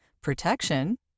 protection